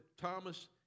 Thomas